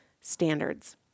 standards